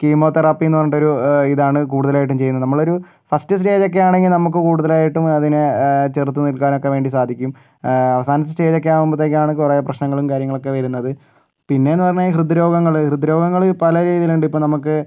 chemo തൊറാപ്പിന്ന് പറഞ്ഞിട്ടൊരു ഇതാണ് കുടുതലായിട്ടും ചെയ്യുന്നത് നമ്മളൊരു ഫസ്റ്റ് സ്റ്റേജോക്കെയാണെങ്കിൽ നമുക്ക് കുടുതലായിട്ടും അതിനെ ചെറുത്ത് നിൽക്കാനൊക്കെ വേണ്ടി സാധിക്കും അവസാനത്തെ സ്റ്റേജോക്കെ ആകുമ്പത്തേയ്ക്കുമാണ് കുറെ പ്രശ്നങ്ങളും കാര്യങ്ങളൊക്കെ വരുന്നത് പിന്നെന്ന് പറഞ്ഞാൽ ഹൃദ്രോഗങ്ങൾ ഹൃദ്രോഗങ്ങൾ പലരീതിയിലുണ്ട് ഇപ്പോൾ നമുക്ക്